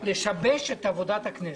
לשבש את עבודת הכנסת.